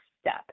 step